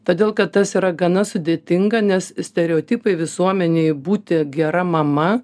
todėl kad tas yra gana sudėtinga nes stereotipai visuomenėj būti gera mama